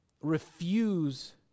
refuse